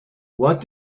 what